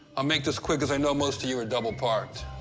i'll make this quick cause i know most of you are double-parked.